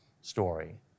story